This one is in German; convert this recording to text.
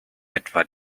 etwa